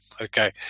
okay